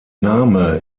name